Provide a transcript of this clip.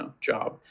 job